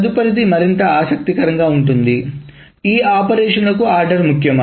తదుపరిది మరింత ఆసక్తికరంగా ఉంటుంది ఈ ఆపరేషన్లకు ఆర్డర్ ముఖ్యమా